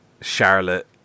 Charlotte